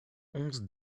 onze